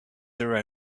their